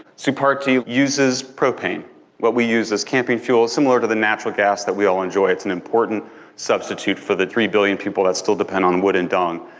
supartie uses propane what we use as camping fuel, similar to natural gas that we all enjoy it's an important substitute for the three billion people that still depend on wood and dung.